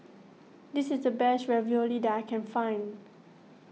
this is the best Ravioli that I can find